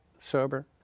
sober